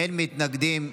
אין מתנגדים,